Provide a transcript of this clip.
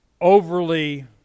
Overly